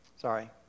sorry